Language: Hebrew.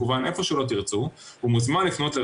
זה מופיע בטופס המקוון,